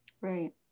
Right